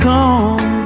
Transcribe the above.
Come